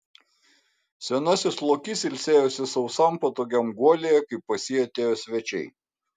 senasis lokys ilsėjosi sausam patogiam guolyje kai pas jį atėjo svečiai